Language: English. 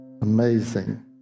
amazing